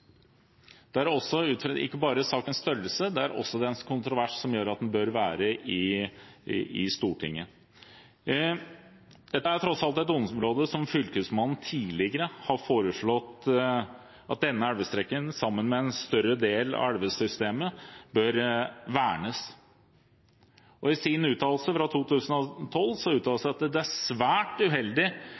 i Gudbrandsdalen også er vedtatt utbygd. Men det er ikke bare sakens størrelse, det er også dens kontrovers som gjør at den bør være i Stortinget. Dette er tross alt et område der Fylkesmannen tidligere har foreslått at elvestrekket sammen med en større del av elvesystemet bør vernes. I sin uttalelse fra 2012 heter det at «det er svært uheldig